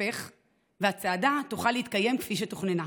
תתהפך והצעדה תוכל להתקיים כפי שתוכננה.